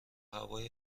هوای